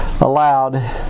allowed